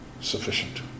sufficient